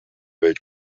welt